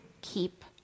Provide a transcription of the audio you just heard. keep